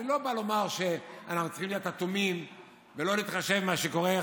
אני לא בא לומר שאנחנו צריכים להיות אטומים ולא להתחשב במה שקורה,